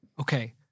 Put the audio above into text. Okay